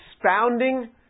expounding